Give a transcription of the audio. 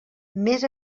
més